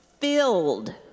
filled